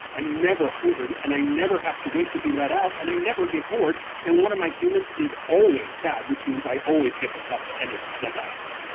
never hungry and i never have to wait to be let out and i never get bored and one of my humans is always sad which means i always get to cuddle and it's the best.